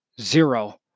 Zero